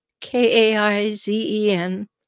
Kaizen